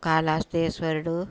కాళహస్తీశ్వరుడు